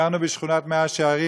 גרנו בשכונת מאה-שערים.